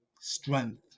strength